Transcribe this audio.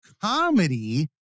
comedy